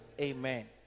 Amen